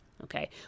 Okay